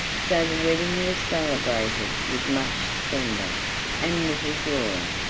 so the wedding was celebrated with much splendor and little joy,